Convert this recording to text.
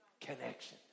Connection